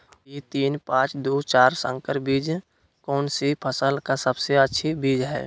P तीन पांच दू चार संकर बीज कौन सी फसल का सबसे अच्छी बीज है?